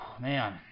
man